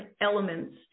elements